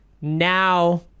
Now